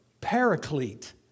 paraclete